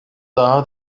daha